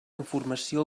informació